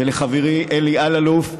ולחברי אלי אלאלוף,